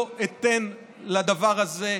אני לא אתן לדבר הזה לקרות.